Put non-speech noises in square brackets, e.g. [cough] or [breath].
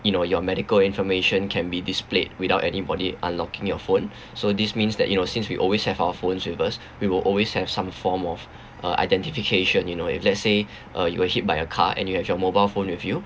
you know your medical information can be displayed without anybody unlocking your phone [breath] so this means that you know since we always have our phones with us we will always have some form of uh identification you know if let's say [breath] uh you were hit by a car and you have your mobile phone with you